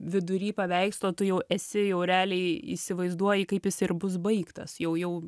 vidury paveikslo tu jau esi jau realiai įsivaizduoji kaip jis ir bus baigtas jau jau